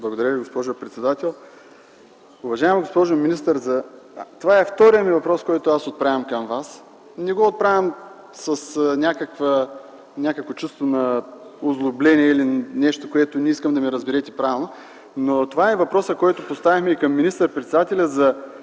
Благодаря Ви, госпожо председател. Уважаема госпожо министър, това е вторият ми въпрос, който отправям към Вас. Не го отправям с някакво чувство на озлобление, искам да ме разберете правилно, но това е въпросът, който поставих и към министър-председателя за